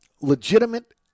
legitimate